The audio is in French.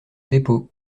dépôt